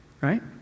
right